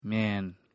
Man